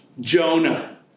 Jonah